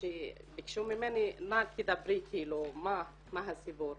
ביקשו ממני "תדברי מה הסיבות"